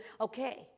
okay